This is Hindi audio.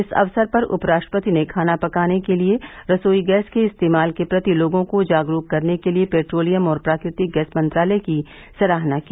इस अवसर पर उपराष्ट्रपति ने खाना पकाने के लिए रसोई गैस के इस्तेमाल के प्रति लोगों को जागरूक करने के लिए पैट्रोलियम और प्राकृतिक गैस मंत्रालय की सराहना की